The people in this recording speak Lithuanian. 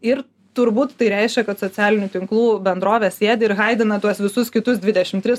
ir turbūt tai reiškia kad socialinių tinklų bendrovė sėdi ir haidina tuos visus kitus dvidešim tris